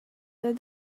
that